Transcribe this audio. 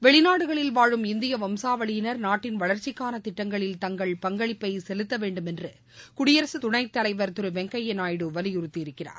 வெளிநாடுகளில் வாழும் இந்திய வம்சாவளியினர் நாட்டின் வளர்ச்சிக்கான திட்டங்களில் தங்கள் பங்களிப்பை செலுத்த வேண்டும் என்று குடியரசு துணைத்தலைவர் திரு வெங்கையா நாயுடு வலியுறுத்தியிருக்கிறார்